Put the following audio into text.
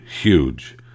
huge